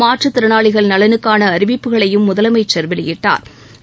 மாற்றுத்திறனாளிகள் நலனுக்கான அறிவிப்புகளையும் முதலமைச்சா் வெளியிட்டாா்